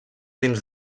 dins